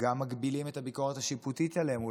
גם מגבילים את הביקורת השיפוטית עליהם,